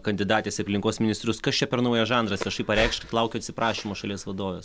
kandidatės į aplinkos ministrus kas čia per naujas žanras viešai pareikšt kad laukiu atsiprašymo šalies vadovės